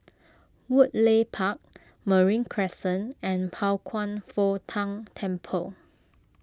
Woodleigh Park Marine Crescent and Pao Kwan Foh Tang Temple